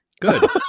Good